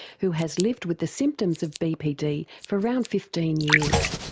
who has lived with the symptoms of bpd for around fifteen years.